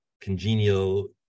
congenial